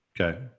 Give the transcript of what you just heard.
Okay